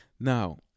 Now